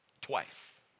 twice